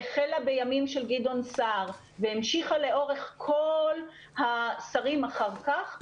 שהחלה בימים של גדעון סער והמשיכה לאורך כל השרים אחר כך,